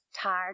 tired